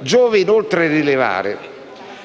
giova, inoltre, rilevare